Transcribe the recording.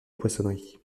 poissonnerie